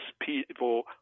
people